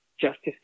Justice